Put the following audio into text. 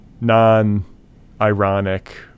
non-ironic